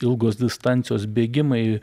ilgos distancijos bėgimai